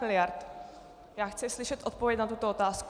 Já chci slyšet odpověď na tuto otázku.